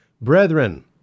Brethren